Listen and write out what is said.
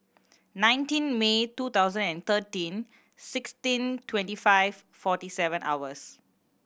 nineteen May two thousand and thirteen sixteen twenty five forty seven hours